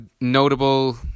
notable